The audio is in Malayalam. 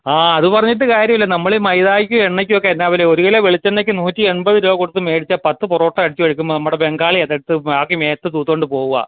ആ അതു പറഞ്ഞിട്ടു കാര്യം ഇല്ല നമ്മൾ മൈദയ്ക്കും എണ്ണക്കൊക്കെ എന്നാ വിലയാണ് ഒരു കിലോ വെളിച്ചെണ്ണയ്ക്ക് നൂറ്റിയെൺപത് രൂപാ കൊടുത്തു മേടിച്ചാൽ പത്ത് പൊറോട്ടയടിച്ച് കുഴക്കുമ്പോൾ നമ്മുടെ ബംഗാളിയതെടുത്ത് ബാക്കി മേത്ത് തൂത്തു കൊണ്ട് പോകുക